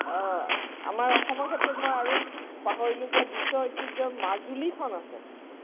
আমাৰ অসমৰ ক্ষেত্ৰত আৰু পাহৰিলোঁ যে বিশ্ব ঐতিহ্যৰ মাজুলীখন আছে